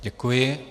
Děkuji.